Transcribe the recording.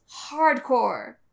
hardcore